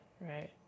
right